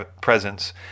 presence